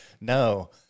No